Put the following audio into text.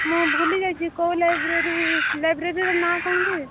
ମୁଁ ଭୁଲି ଯାଇଛି କେଉଁ ଲାଇବ୍ରେରୀ ଲାଇବ୍ରେରୀର ନାଁ କ'ଣ କି